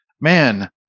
man